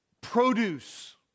produce